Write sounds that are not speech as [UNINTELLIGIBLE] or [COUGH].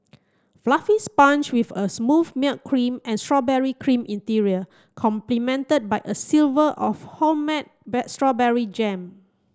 fluffy sponge with a smooth milk cream and strawberry cream interior complemented by a silver of homemade [UNINTELLIGIBLE] strawberry jam